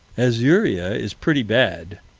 azuria is pretty bad,